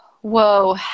Whoa